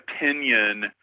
opinion